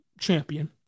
champion